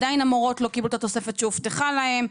עדיין המורות לא קיבלו את התוספת שהובטחה להם.